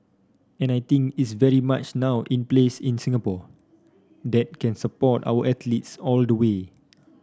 and I think it's very much now in place in Singapore that can support our athletes all the way